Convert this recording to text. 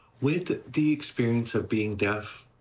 with the experience of being deaf,